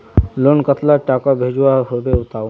Loan कतला टाका भेजुआ होबे बताउ?